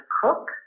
cook